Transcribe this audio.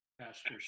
Pastor